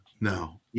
No